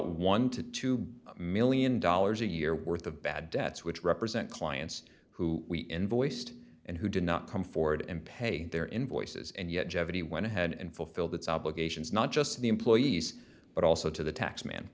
dollar to two million dollars a year worth of bad debts which represent clients who we invoiced and who did not come forward and pay their invoices and yet jeopardy went ahead and fulfilled its obligations not just to the employees but also to the tax